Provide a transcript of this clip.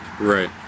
Right